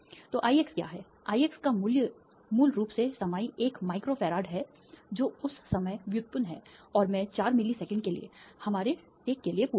तो Ix क्या है Ix का मूल्य मूल रूप से समाई 1 माइक्रो फैराड है जो उस समय व्युत्पन्न है और मैं चार मिली सेकंड के लिए हमारे टेक के लिए पूछूंगा